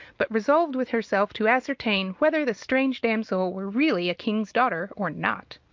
but resolved with herself to ascertain whether the strange damsel were really a king's daughter or not.